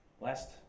Last